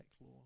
law